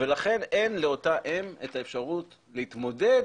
ולכן אין לאותה אם את האפשרות להתמודד